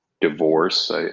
divorce